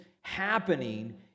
happening